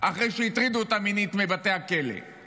אחרי שהטרידו אותן מינית בבתי הכלא משמירה